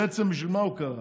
ובעצם, בשביל מה הוא קרא?